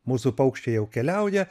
mūsų paukščiai jau keliauja